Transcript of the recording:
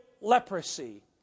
leprosy